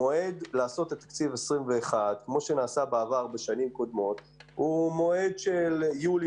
המועד לעשות את תקציב 2021 הוא מועד שביולי